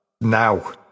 now